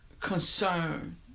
concern